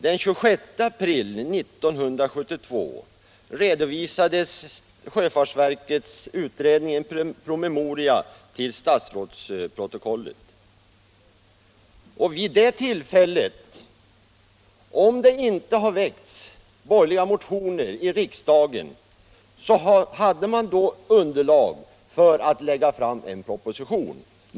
Den 26 april 1972 redovisades sjöfartsverkets utredning i en promemoria till statsrådsprotokollet. Om det inte hade väckts borgerliga motioner i riksdagen i frågan hade man då haft underlag för att lägga fram en proposition.